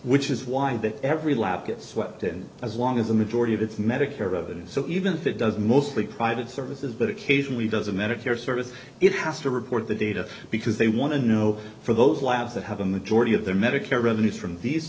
which is why that every lab gets swept and as long as the majority of its medicare revenue so even if it does mostly private services but occasionally doesn't medicare services it has to report the data because they want to know for those labs that have a majority of the medicare revenues from these